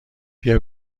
بیا